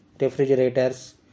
refrigerators